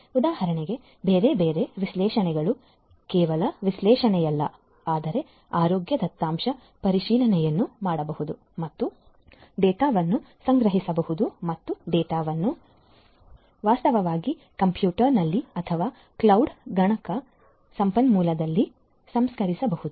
ಉದಾಹರಣೆಗೆ ಬೇರೆ ಬೇರೆ ವಿಶ್ಲೇಷಣೆಗಳು ಕೇವಲ ವಿಶ್ಲೇಷಣೆಯಲ್ಲ ಆದರೆ ಆರೋಗ್ಯ ದತ್ತಾಂಶ ಪರಿಶೀಲನೆಯನ್ನು ಮಾಡಬಹುದು ಮತ್ತು ಡೇಟಾವನ್ನು ಸಂಗ್ರಹಿಸಬಹುದು ಮತ್ತು ಡೇಟಾವನ್ನು ವಾಸ್ತವವಾಗಿ ಕಂಪ್ಯೂಟರ್ನಲ್ಲಿ ಅಥವಾ ಮೋಡದಲ್ಲಿ ಗಣಕ ಸಂಪನ್ಮೂಲದಲ್ಲಿ ಸಂಸ್ಕರಿಸಬಹುದು